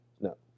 No